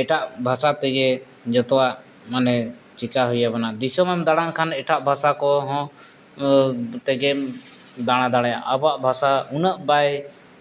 ᱮᱴᱟᱜ ᱵᱷᱟᱥᱟ ᱛᱮᱜᱮ ᱡᱚᱛᱚᱣᱟᱜ ᱢᱟᱱᱮ ᱪᱤᱠᱟᱹ ᱦᱩᱭ ᱟᱵᱚᱱᱟ ᱫᱤᱥᱚᱢᱮᱢ ᱫᱟᱬᱟᱱ ᱠᱷᱟᱱ ᱮᱴᱟᱜ ᱵᱷᱟᱥᱟ ᱠᱚᱦᱚᱸ ᱛᱮᱜᱮᱢ ᱫᱟᱬᱟ ᱫᱟᱲᱮᱭᱟᱜᱼᱟ ᱟᱵᱚᱣᱟᱜ ᱵᱷᱟᱥᱟ ᱩᱱᱟᱹᱜ ᱵᱟᱭ